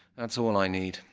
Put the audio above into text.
that's all i need,